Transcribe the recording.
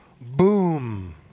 boom